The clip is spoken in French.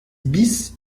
bis